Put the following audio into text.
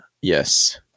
Yes